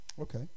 Okay